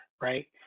right